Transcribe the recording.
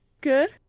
Good